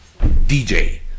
DJ